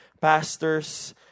pastors